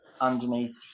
underneath